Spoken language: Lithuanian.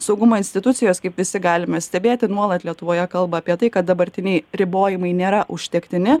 saugumo institucijos kaip visi galime stebėti nuolat lietuvoje kalba apie tai kad dabartiniai ribojimai nėra užtektini